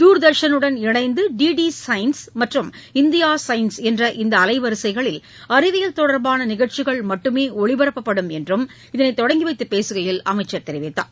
தூர்தர்ஷனுடன் இணைந்து D D science மற்றும் India science என்ற இந்த அலைவரிசைகளில் அறிவியல் தொடர்பான நிகழ்ச்சிகள் மட்டுமே ஒளிபரப்பப்படும் என்று இதளை தொடங்கிவைத்து பேசுகையில் அமைச்சர் தெரிவித்தார்